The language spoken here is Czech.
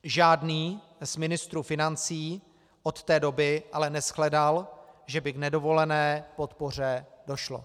Žádný z ministrů financí od té doby ale neshledal, že by k nedovolené podpoře došlo.